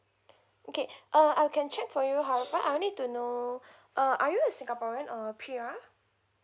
okay uh I can check for you how but I would need to know uh are you a singaporean or P_R